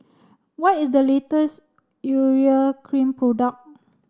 what is the latest urea cream product